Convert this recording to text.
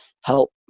help